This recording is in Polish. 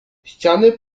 ściany